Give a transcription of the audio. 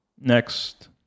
next